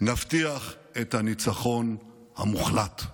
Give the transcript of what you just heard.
נבטיח את הניצחון המוחלט.